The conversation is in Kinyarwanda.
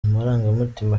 amarangamutima